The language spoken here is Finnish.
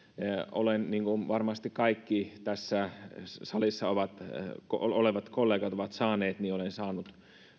olen niin kuin varmasti kaikki tässä salissa olevat kollegat ovat saaneet saanut